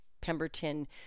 Pemberton